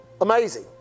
Amazing